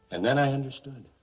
and then i understood,